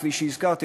כפי שהזכרתי.